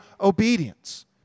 obedience